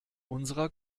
unserer